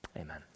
Amen